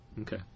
Okay